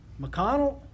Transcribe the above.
McConnell